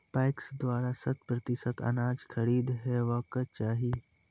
PACS द्वारा शत प्रतिसत अनाज खरीद हेवाक चाही?